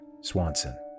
Swanson